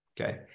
Okay